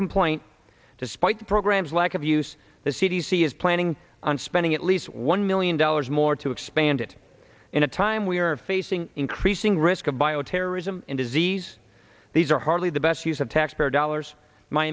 complaint despite the program's lack of use the c d c is planning on spending at least one million dollars more to expand it in a time we are facing increasing risk of bioterrorism and disease these are hardly the best use of taxpayer dollars my